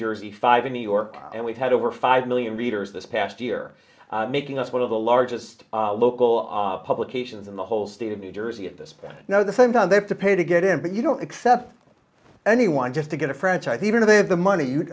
jersey five in new york and we've had over five million readers this past year making us one of the largest local publications in the whole state of new jersey at this point now the same time they have to pay to get in but you don't accept anyone just to get a franchise even if they have the money you